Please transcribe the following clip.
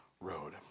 road